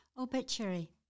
Obituary